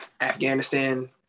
Afghanistan